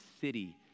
city